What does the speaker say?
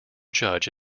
judge